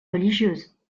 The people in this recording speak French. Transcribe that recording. religieuses